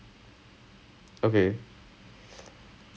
so so I have to say I want